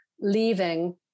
leaving